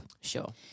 Sure